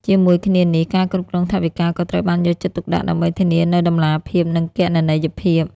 ជាមួយគ្នានេះ ការគ្រប់គ្រងថវិកាក៏ត្រូវបានយកចិត្តទុកដាក់ ដើម្បីធានានូវតម្លាភាព និងគណនេយ្យភាព។